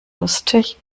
lustig